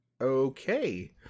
okay